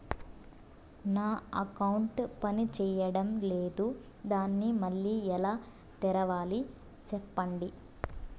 నా అకౌంట్ పనిచేయడం లేదు, దాన్ని మళ్ళీ ఎలా తెరవాలి? సెప్పండి